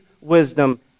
wisdom